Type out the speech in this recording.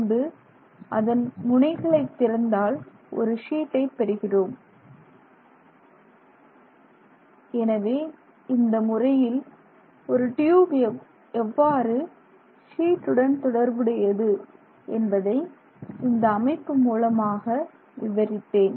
பின்பு அதன் முனைகளை திறந்தால் ஒரு ஷீட்டை பெறுகிறோம் எனவே இந்த முறையில் ஒரு டியூப் எவ்வாறு ஷீட்டுடன் தொடர்புடையது என்பதை இந்த அமைப்பு மூலமாக விவரித்தேன்